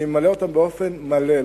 אני ממלא אותן באופן מלא.